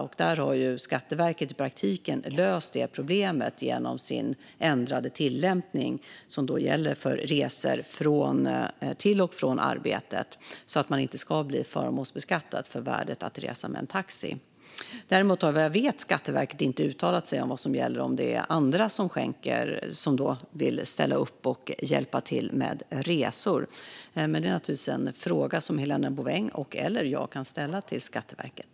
Det problemet har Skatteverket i praktiken löst genom sin ändrade tillämpning som gäller för resor till och från arbetet, så att man inte ska bli förmånsbeskattad för värdet av att resa med en taxi. Skatteverket har däremot, vad jag vet, inte uttalat sig om vad som gäller ifall det är andra som vill ställa upp och hjälpa till med resor. Men det är naturligtvis en fråga som Helena Bouveng eller jag kan ställa till Skatteverket.